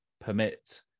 permit